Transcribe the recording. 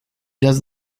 does